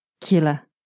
Killer